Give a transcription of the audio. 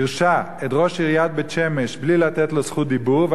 גירשה את ראש עיריית בית-שמש בלי לתת לו זכות דיבור,